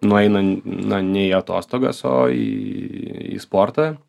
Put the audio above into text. nueina na ne į atostogas o į į sportą